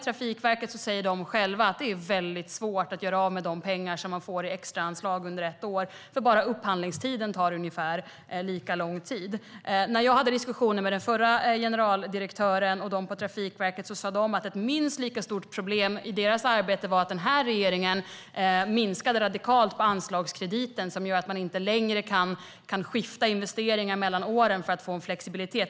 Trafikverket säger själva att det är väldigt svårt att göra av med de pengar man får i extraanslag under ett år, eftersom bara upphandlingstiden är ungefär lika lång. När jag hade diskussioner med den förra generaldirektören och andra på Trafikverket sa de att ett minst lika stort problem i deras arbete var att den här regeringen radikalt minskat anslagskrediten, vilket gör att man inte längre kan skifta investeringar mellan åren för att få en flexibilitet.